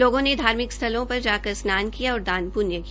लोगों ने धार्मिक स्थलों पर जाकर स्नार किया और दान प्ण्य किया